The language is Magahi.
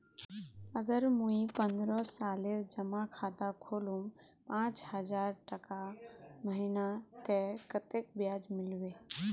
अगर मुई पन्द्रोह सालेर जमा खाता खोलूम पाँच हजारटका महीना ते कतेक ब्याज मिलबे?